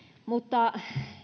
mutta